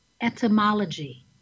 etymology